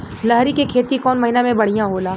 लहरी के खेती कौन महीना में बढ़िया होला?